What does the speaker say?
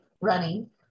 running